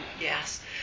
Yes